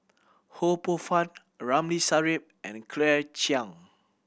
Ho Poh Fun Ramli Sarip and Claire Chiang